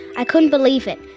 i couldn't believe it,